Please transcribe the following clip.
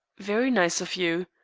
very nice of you.